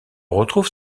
retrouve